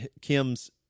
Kim's